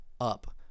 up